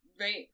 Right